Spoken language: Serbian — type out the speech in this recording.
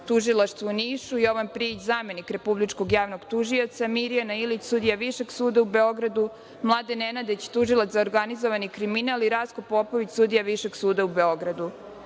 tužilaštvu u Nišu, Jovan Prijić, zamenik republičkog javnog tužioca, Mirjana Ilić, sudija Višeg suda u Beogradu, Mladen Nenadić, tužilac za organizovani kriminal i Ratko Popović, sudija Višeg suda u Beogradu. Komisija